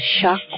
shock